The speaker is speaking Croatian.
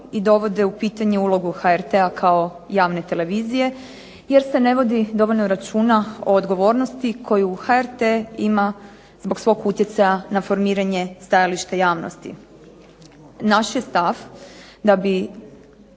i dovode u pitanju ulogu HRT-a kao javne televizije, jer se ne vodi dovoljno računa o odgovornosti koju HRT ima zbog svog utjecaja na formiranje stajališta javnosti. Naš je stav da bi